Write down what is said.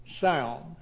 sound